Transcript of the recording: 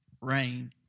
rain